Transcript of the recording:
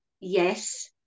yes